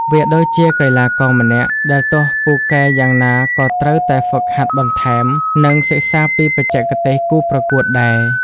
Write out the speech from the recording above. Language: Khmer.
វាដូចជាកីឡាករម្នាក់ ដែលទោះពូកែយ៉ាងណាក៏ត្រូវតែហ្វឹកហាត់បន្ថែម និងសិក្សាពីបច្ចេកទេសគូប្រកួតដែរ។